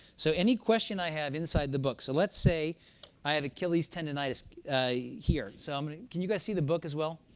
so any question i have inside the book, so let's say i have achilles tendinitis here. so um can you guys see the book as well?